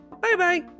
Bye-bye